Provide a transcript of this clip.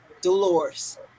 Dolores